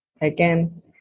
again